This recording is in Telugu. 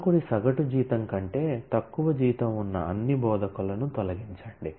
బోధకుడి సగటు జీతం కంటే తక్కువ జీతం ఉన్న అన్ని బోధకులను డిలీట్ చేయండి